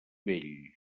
vell